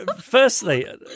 Firstly